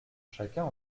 chacun